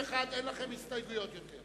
אני קובע שההסתייגות לא נתקבלה.